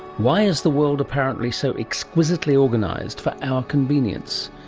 why is the world apparently so exquisitely organised for our convenience?